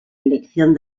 elección